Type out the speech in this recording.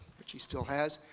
which he still has,